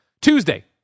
Tuesday